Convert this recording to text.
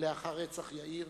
לאחר רצח יאיר,